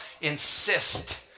insist